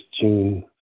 June